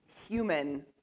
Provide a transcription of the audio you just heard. human